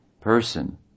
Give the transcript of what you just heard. person